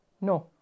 No